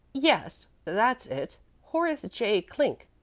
yes that's it horace j. clink,